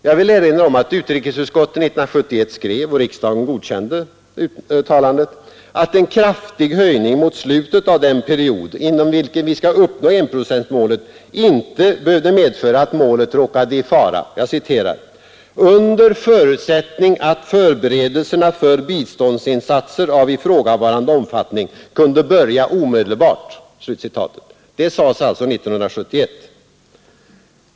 Jag vill erinra om att utrikesutskottet 1971 skrev, och riksdagen godkände uttalandet, att en kraftig höjning mot slutet av den period inom vilken vi skall uppnå enprocentsmålet inte behövde medföra att målet råkade i fara ”under förutsättning att förberedelserna för biståndsinsatser av ifrågavarande omfattning kunde börja omedelbart”. Det sades alltså 1971.